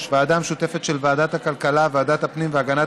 3. ועדה משותפת של ועדת הכלכלה וועדת הפנים והגנת